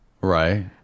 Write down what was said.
Right